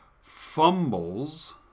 fumbles